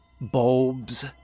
bulbs